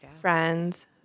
friends